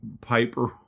Piper